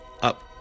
up